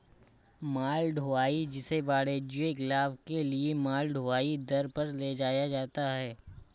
माल ढुलाई, जिसे वाणिज्यिक लाभ के लिए माल ढुलाई दर पर ले जाया जाता है